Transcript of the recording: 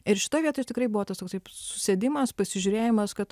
ir šitoj vietoj tikrai buvo toksai susėdimas pasižiūrėjimas kad